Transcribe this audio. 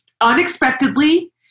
unexpectedly